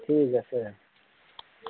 ঠিক আছে